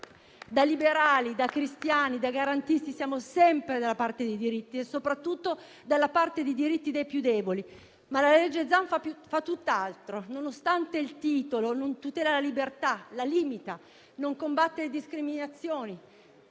Da liberali, da cristiani e da garantisti siamo sempre dalla parte dei diritti e soprattutto di quelli dei più deboli, ma il disegno di legge Zan fa tutt'altro. Nonostante il titolo, non tutela la libertà, la limita; non combatte le discriminazioni,